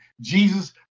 Jesus